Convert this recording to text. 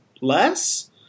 less